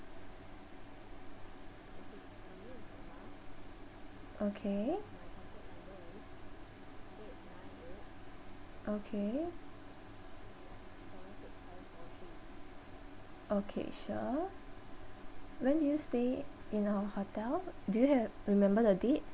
okay okay okay sure when do you stay in our hotel do you have remember the date